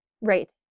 Right